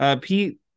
Pete